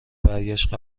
برگشت